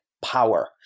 power